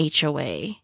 HOA